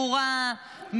ברורה,